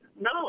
No